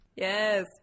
Yes